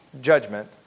judgment